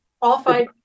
qualified